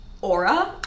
aura